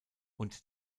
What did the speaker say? und